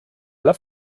love